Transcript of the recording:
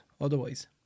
otherwise